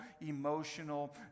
emotional